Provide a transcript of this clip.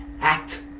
act